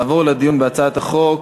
נעבור לדיון בהצעת החוק.